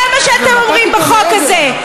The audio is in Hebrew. זה מה שאתם אומרים בחוק הזה.